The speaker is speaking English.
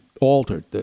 altered